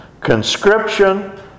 conscription